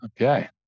Okay